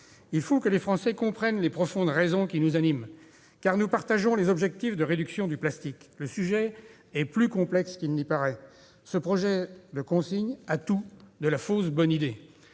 Il faut que les Français comprennent les raisons profondes qui nous animent, car nous partageons les objectifs de réduction du plastique. Le sujet est plus complexe qu'il n'y paraît. Ce projet de consigne a tout de la fausse bonne idée.